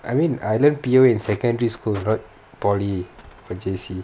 I mean I learnt P_O_A in secondary school not polytechnic or J_C